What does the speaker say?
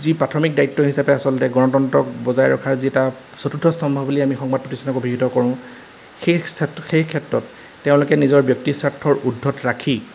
যি প্ৰাথমিক দায়িত্ব হিচাপে আচলতে গণতন্ত্ৰ বজাই ৰখাৰ যি এটা চতুৰ্থ স্তম্ভ বুলি আমি সংবাদ প্ৰতিষ্ঠানক অভিহিত কৰোঁ সেই ক্ষেত্ৰত সেই ক্ষেত্ৰত তেওঁলোকে নিজৰ ব্যক্তিস্বাৰ্থৰ উদ্ধত ৰাখি